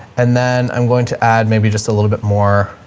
and then i'm going to add maybe just a little bit more